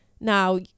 Now